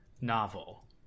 novel